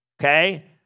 Okay